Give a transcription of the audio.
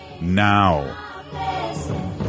now